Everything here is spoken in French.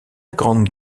grande